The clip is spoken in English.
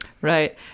right